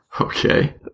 Okay